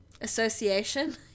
association